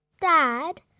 Dad